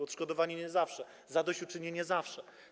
Odszkodowanie nie zawsze, zadośćuczynienie - zawsze.